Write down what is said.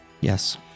Yes